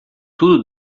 tudo